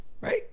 right